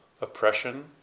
oppression